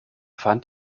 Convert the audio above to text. fand